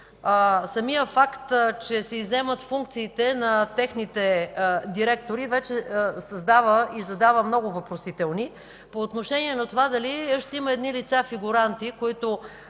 Самият факт, че се изземват функциите на техните директори, вече създава и задава много въпросителни по отношение на това дали ще има едни лица фигуранти, които